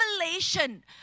revelation